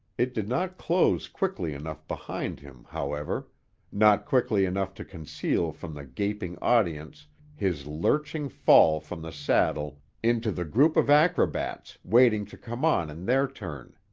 it did not close quickly enough behind him, however not quickly enough to conceal from the gaping audience his lurching fall from the saddle into the group of acrobats waiting to come on in their turn.